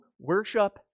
worship